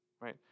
Right